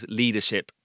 leadership